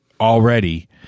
already